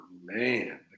man